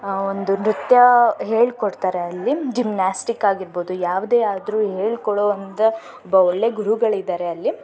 ಒಂದು ನೃತ್ಯ ಹೇಳ್ಕೊಡ್ತಾರೆ ಅಲ್ಲಿ ಜಿಮ್ಯಾಸ್ಟಿಕ್ ಆಗಿರ್ಬೋದು ಯಾವುದೇ ಆದರೂ ಹೇಳ್ಕೊಡೋ ಒಂದು ಒಬ್ಬ ಒಳ್ಳೆಯ ಗುರುಗಳಿದ್ದಾರೆ ಅಲ್ಲಿ